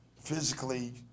physically